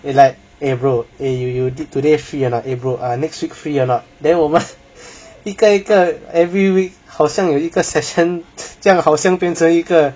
like april eh bro eh you you did free or not april ah next week free or not then 我们一个个 every week 好像有一个 session 这样好像变成一个